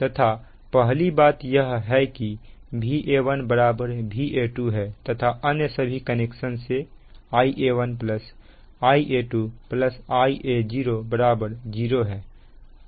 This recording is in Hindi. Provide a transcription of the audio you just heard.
तथा पहली बात यह है कि Va1 Va2 है तथा अन्य सभी कनेक्शन से Ia1 Ia2 Ia0 0 है